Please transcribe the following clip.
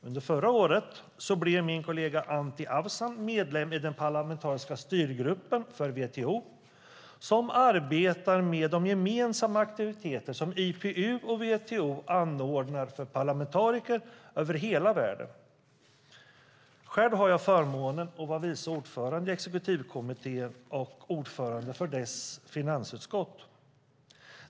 Under förra året blev min kollega Anti Avsan medlem i den parlamentariska styrgruppen för WTO som arbetar med de gemensamma aktiviteter som IPU och WTO anordnar för parlamentariker över hela världen. Själv har jag förmånen att vara vice ordförande i exekutivkommittén och ordförande för dess finansutskott.